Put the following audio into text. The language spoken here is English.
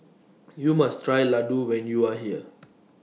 YOU must Try Ladoo when YOU Are here